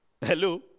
Hello